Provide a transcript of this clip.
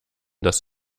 dass